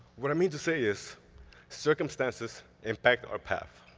what i mean to say is circumstances impact our path.